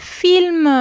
film